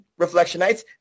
Reflectionites